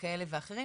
כאלה ואחרים.